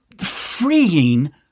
freeing